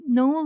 no